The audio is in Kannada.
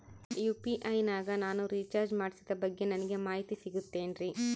ಯು.ಪಿ.ಐ ನಾಗ ನಾನು ರಿಚಾರ್ಜ್ ಮಾಡಿಸಿದ ಬಗ್ಗೆ ನನಗೆ ಮಾಹಿತಿ ಸಿಗುತೇನ್ರೀ?